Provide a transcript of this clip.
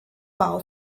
bau